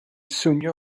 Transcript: swnio